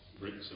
bricks